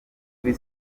kuri